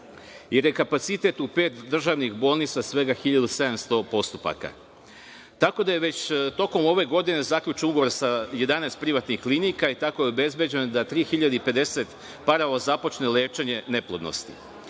je kapacitet u pet državnih bolnica svega 1.700 postupaka. Tako da je već tokom ove godine zaključen ugovor sa 11 privatnih klinika, i tako je obezbeđeno da 3.050 parova započne lečenje neplodnosti.